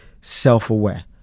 self-aware